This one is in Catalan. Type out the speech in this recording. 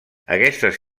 aquestes